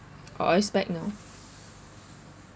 oh it's back now